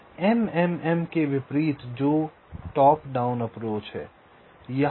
इस MMM के विपरीत जो टॉप डाउन अप्रोच है